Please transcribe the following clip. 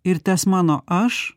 ir tas mano aš